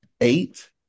eight